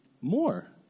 more